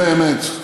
אני אומר דברי אמת.